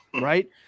right